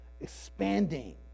expanding